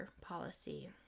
policy